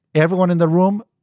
aeuroeeveryone in the room,